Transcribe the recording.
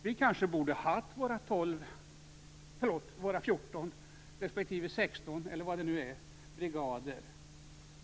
Vi kanske borde ha haft våra 14 respektive 16 - eller vad det nu är - brigader.